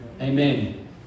Amen